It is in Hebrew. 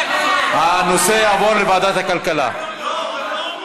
ותעבור לוועדת הכלכלה להמשך הכנתה לקריאה, החוקה.